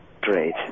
Great